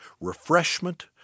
refreshment